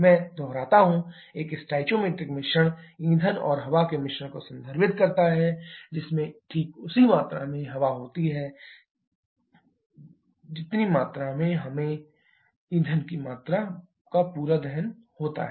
मैं दोहराता हूं एक स्टोइकोमेट्रिक मिश्रण ईंधन और हवा के मिश्रण को संदर्भित करता है जिसमें ठीक उसी मात्रा में हवा होती है ठीक उसी मात्रा में हवा में ईंधन की मात्रा का पूरा दहन होता है